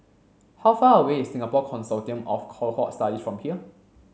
how far away is Singapore Consortium of Cohort Studies from here